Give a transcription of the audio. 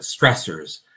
stressors